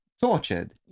tortured